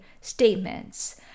statements